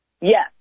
Yes